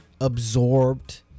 absorbed